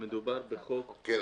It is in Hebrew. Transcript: מדובר בחוק- - כן,